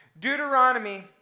Deuteronomy